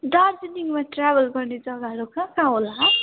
दार्जिलिङमा ट्रयाभल गर्ने जग्गाहरू कहाँ कहाँ होला